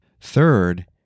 Third